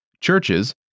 churches